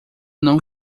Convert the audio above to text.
não